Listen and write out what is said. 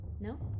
No